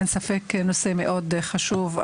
אין ספק שזה נושא מאוד חשוב,